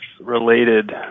related